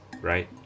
right